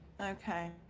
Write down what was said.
Okay